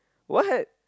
what